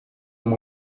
uma